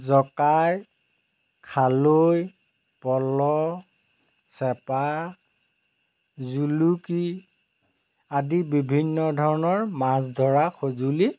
জকাই খালৈ পল' চেপা জুলুকি আদি বিভিন্ন ধৰণৰ মাছ ধৰা সঁজুলি